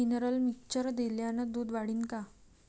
Mineral mixture दिल्यानं दूध वाढीनं का?